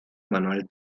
manuel